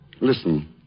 Listen